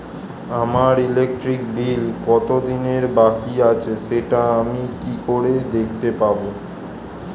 আমার electric bill কত দিনের বাকি আছে সেটা আমি কি করে দেখতে পাবো?